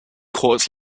court